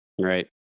right